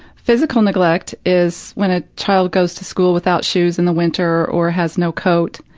physical neglect is when a child goes to school without shoes in the winter, or has no coat,